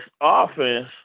offense